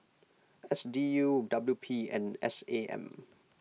S D U W P and S A M